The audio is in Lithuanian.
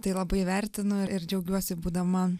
tai labai vertinu ir džiaugiuosi būdama